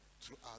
throughout